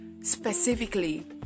specifically